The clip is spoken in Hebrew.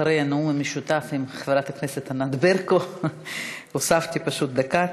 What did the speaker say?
אחרי הנאום המשותף עם חברת הכנסת ענת ברקו פשוט הוספתי דקה,